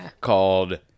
called